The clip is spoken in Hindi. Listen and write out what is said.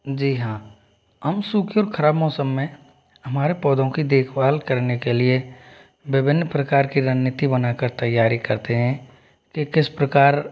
जी हाँ अम सूखे ओर खराब मौसम में हमारे पौधों की देखभाल करने के लिए विभिन्न प्रकार की रणनीति बनाकर तैयारी करते हैं कि किस प्रकार